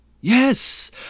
yes